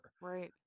right